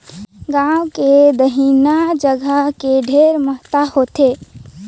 गांव मे दइहान जघा के ढेरे महत्ता होथे